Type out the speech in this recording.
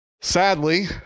Sadly